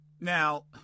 Now